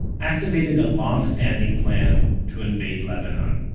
activated a long-standing plan to invade lebanon